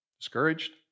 Discouraged